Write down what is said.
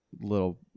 little